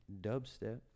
dubstep